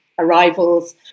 arrivals